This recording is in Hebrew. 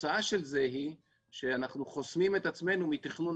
והתוצאה של זה היא שאנחנו חוסמים את עצמנו מתכנון